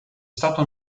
stato